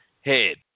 head